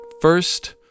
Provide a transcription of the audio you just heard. first